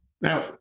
now